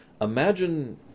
Imagine